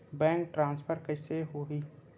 Bank transfer कइसे होही?